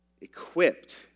equipped